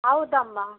ಹೌದಮ್ಮ